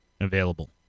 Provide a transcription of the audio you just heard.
available